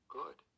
good